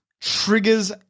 triggers